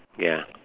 ya